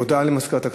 הודעה למזכירת הכנסת.